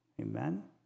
Amen